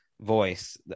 voice